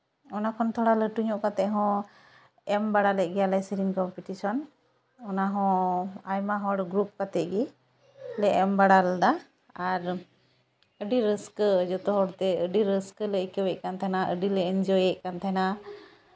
ᱚᱱᱟ ᱠᱷᱚᱱ ᱛᱷᱚᱲᱟ ᱞᱟᱹᱴᱩ ᱧᱚᱜ ᱠᱟᱛᱮᱫ ᱦᱚᱸ ᱮᱢ ᱵᱟᱲᱟ ᱞᱮᱫ ᱜᱮᱭᱟᱞᱮ ᱥᱮᱨᱮᱧ ᱠᱚᱢᱯᱤᱴᱤᱥᱚᱱ ᱚᱱᱟ ᱦᱚᱸ ᱟᱭᱢᱟ ᱦᱚᱲ ᱜᱨᱩᱯ ᱠᱟᱛᱮᱫ ᱜᱮᱞᱮ ᱮᱢ ᱵᱟᱲᱟ ᱞᱮᱫᱟ ᱟᱨ ᱟᱹᱰᱤ ᱨᱟᱹᱥᱠᱟᱹ ᱡᱷᱚᱛᱚ ᱦᱚᱲᱛᱮ ᱟᱹᱰᱤ ᱨᱟᱹᱥᱠᱟᱹᱞᱮ ᱟᱹᱭᱠᱟᱹᱣᱮᱫ ᱠᱟᱱ ᱛᱟᱦᱮᱱᱟ ᱟᱹᱰᱤᱞᱮ ᱤᱱᱡᱚᱭᱮᱫ ᱛᱟᱦᱮᱱᱟ